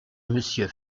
monsieur